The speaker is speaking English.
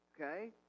okay